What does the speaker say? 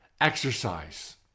exercise